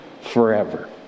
forever